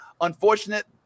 unfortunate